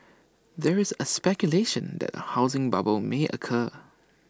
there is speculation that A housing bubble may occur